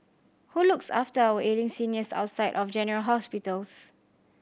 who looks after our ailing seniors outside of general hospitals